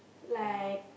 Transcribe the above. like